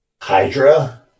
Hydra